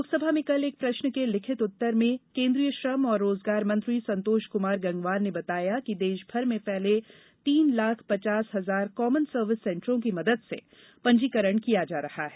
लोकसभा में कल एक प्रश्न के लिखित उत्तर में केंद्रीय श्रम और रोजगार मंत्री संतोष कुमार गंगवार ने बताया कि देशभर में फैले तीन लाख पचास हजार कामन सर्विस सेंटरों की मदद से पंजीकरण किया जा रहा है